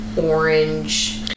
orange